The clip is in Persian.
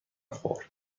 خورد